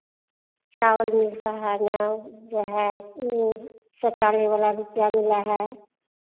चावल मिलता है ना जो है ऊ शौचालय वाला रुपैया मिला है